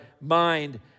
mind